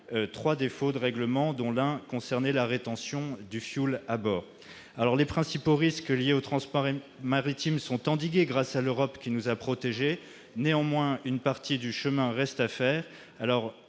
trois défauts de règlement, dont un concernant la « rétention du fioul à bord ». Les principaux risques liés au transport maritime sont endigués grâce à l'Europe, qui nous a protégés. Néanmoins, une partie du chemin reste à faire.